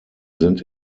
sind